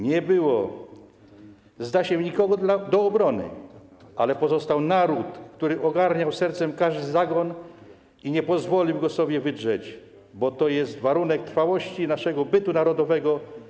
Nie było, zda się, nikogo do obrony, ale pozostał naród, który ogarniał sercem każdy zagon i nie pozwolił go sobie wydrzeć, bo to jest warunek trwałości naszego bytu narodowego.